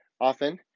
often